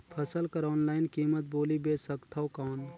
फसल कर ऑनलाइन कीमत बोली बेच सकथव कौन?